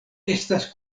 estas